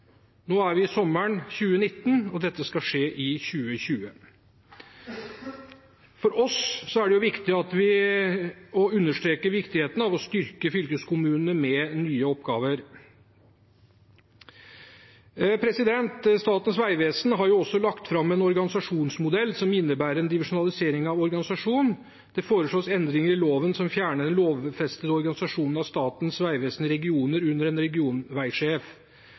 Nå er det sommeren 2019, og dette skal skje i 2020. For oss er det viktig å understreke viktigheten av å styrke fylkeskommunene med nye oppgaver. Statens vegvesen har også lagt fram en organisasjonsmodell som innebærer en divisjonalisering av organisasjonen. Det foreslås endringer i loven som fjerner den lovfestede organisasjonen av Statens vegvesen i regioner under en regionveisjef.